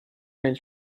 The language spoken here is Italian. nel